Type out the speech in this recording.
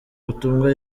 butumwa